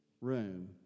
room